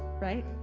right